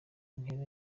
intera